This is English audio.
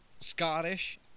Scottish